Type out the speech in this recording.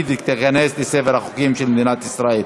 ותיכנס לספר החוקים של מדינת ישראל.